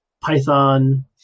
Python